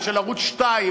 ושל ערוץ 2,